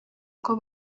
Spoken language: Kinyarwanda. uko